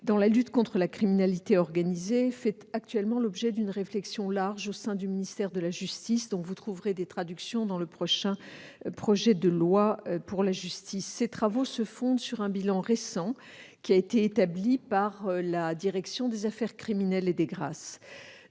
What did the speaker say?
dans la lutte contre la criminalité organisée fait actuellement l'objet d'une large réflexion au sein du ministère de la justice ; vous en trouverez des traductions dans le prochain projet de loi pour la justice. Ces travaux se fondent sur un récent bilan, établi par la direction des affaires criminelles et des grâces.